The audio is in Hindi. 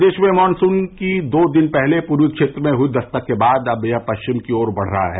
प्रदेश में मॉनसून की दो दिन पहले पूर्वी क्षेत्रों में हुई दस्तक के बाद अब यह पश्चिम की ओर बढ़ रहा है